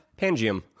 Pangium